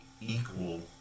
equal